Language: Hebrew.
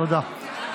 זאת כניעה לטרור.